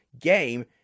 game